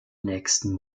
nächsten